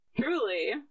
Truly